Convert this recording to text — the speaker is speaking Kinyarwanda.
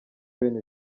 bene